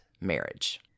marriage